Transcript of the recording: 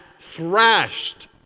thrashed